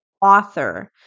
author